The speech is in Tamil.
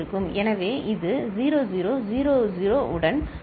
எனவே இது 0 0 0 0 உடன் துவக்கப்படக்கூடாது